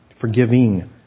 forgiving